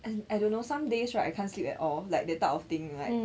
and I don't know some days right I can't sleep at all like that type of thing like